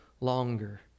longer